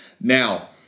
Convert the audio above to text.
Now